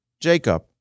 Jacob